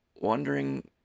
Wondering